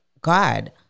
God